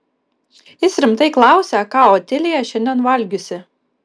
jis rimtai klausia ką otilija šiandien valgiusi